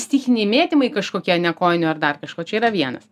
stichiniai mėtymai kažkokie ne kojinių ar dar kažko čia yra vienas